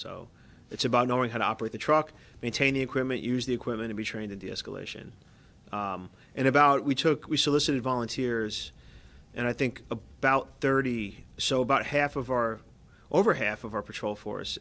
so it's about knowing how to operate the truck maintain the equipment use the equipment to be trained in the escalation and about we took we solicited volunteers and i think about thirty so about half of our over half of our patrol force